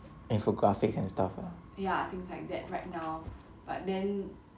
infographic and stuff ah ya things like that right now but then